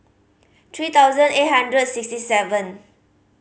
three thousand eight hundred sixty seven